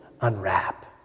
unwrap